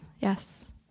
Yes